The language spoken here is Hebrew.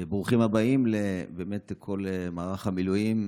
ברוכים הבאים באמת לכל מערך המילואים.